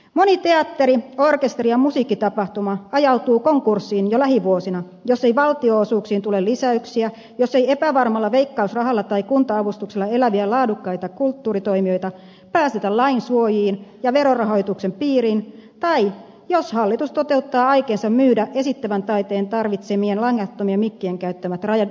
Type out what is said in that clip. moni teatteri orkesteri ja musiikkitapahtuma ajautuu konkurssiin jo lähivuosina jos ei valtionosuuksiin tule lisäyksiä jos ei epävarmalla veikkausrahalla tai kunta avustuksilla eläviä laadukkaita kulttuuritoimijoita päästetä lain suojiin ja verorahoituksen piiriin tai jos hallitus toteuttaa aikeensa myydä esittävän taiteen tarvitsemien langattomien mikkien käyttämät radiotaajuudet